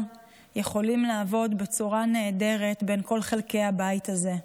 יכולים לעבוד בצורה נהדרת בין כל חלקי הבית הזה.